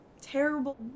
terrible